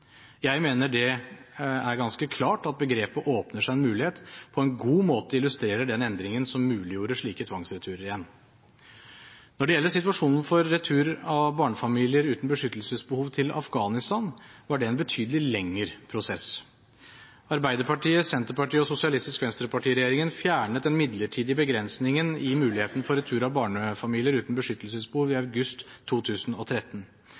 Jeg mener det er ganske klart at begrepet «åpnet seg en mulighet» på en god måte illustrerer den endringen som muliggjorde slike tvangsreturer igjen. Når det gjelder situasjonen for returer av barnefamilier uten beskyttelsesbehov til Afghanistan, var det en betydelig lengre prosess. Arbeiderpartiet, Senterpartiet og Sosialistisk Venstreparti-regjeringen fjernet den midlertidige begrensningen i muligheten for retur av barnefamilier uten beskyttelsesbehov i august 2013.